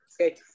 Okay